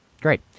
Great